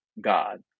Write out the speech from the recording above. God